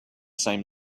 same